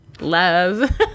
Love